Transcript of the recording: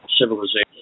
civilization